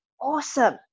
Awesome